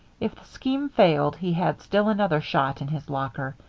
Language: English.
if the scheme failed, he had still another shot in his locker,